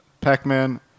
Pac-Man